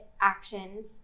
actions